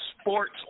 sports